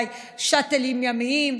שאטלים ימיים,